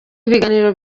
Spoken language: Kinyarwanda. ibiganiro